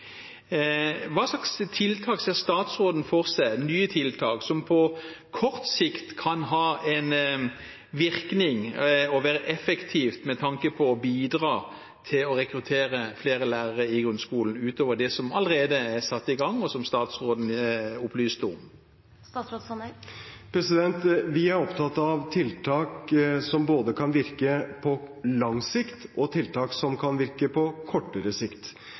Hva slags nye tiltak ser statsråden for seg som på kort sikt kan ha en virkning og være effektivt med tanke på å bidra til å rekruttere flere lærere i grunnskolen, utover det som allerede er satt i gang, og som statsråden opplyste om? Vi er både opptatt av tiltak som kan virke på lang sikt, og av tiltak som kan virke på kortere sikt.